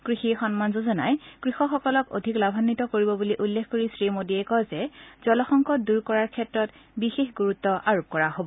কৃষি সন্মান যোজনাই কৃষকসকলক অধিক লাভান্বিত কৰিব বুলি উল্লেখ কৰি শ্ৰী মোদীয়ে কয় যে জলসংকট দূৰ কৰাৰ ক্ষেত্ৰত বিশেষ গুৰুত্ আৰোপ কৰা হ'ব